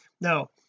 Now